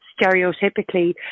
stereotypically